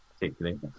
particularly